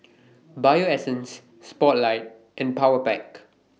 Bio Essence Spotlight and Powerpac